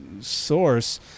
source